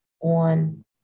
on